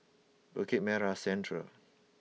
Bukit Merah Central